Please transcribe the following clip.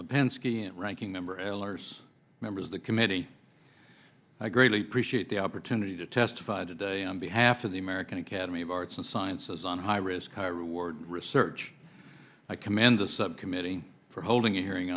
lipinski and ranking member elders members of the committee i greatly appreciate the opportunity to testified today on behalf of the american academy of arts and sciences on high risk high reward research i commend the subcommittee for holding a hearing